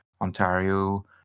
Ontario